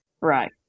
Right